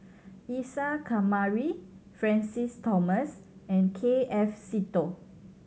Isa Kamari Francis Thomas and K F Seetoh